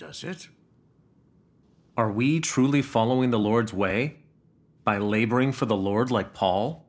does it are we truly following the lord's way by laboring for the lord like paul